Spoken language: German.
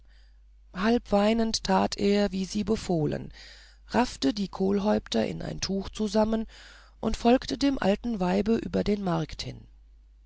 halb weinend tat er wie sie befohlen raffte die kohlhäupter in ein tuch zusammen und folgte dem alten weibe über den markt hin